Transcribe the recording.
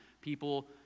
People